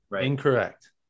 Incorrect